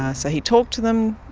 ah so he talked to them.